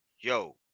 Yo